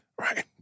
Right